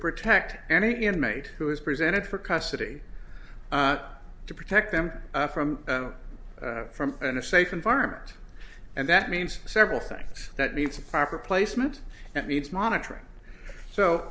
protect any inmate who is presented for custody to protect them from from in a safe environment and that means several things that means proper placement and needs monitoring so